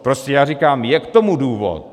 Prostě já říkám, je k tomu důvod.